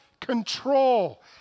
control